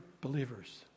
believers